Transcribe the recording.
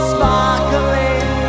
Sparkling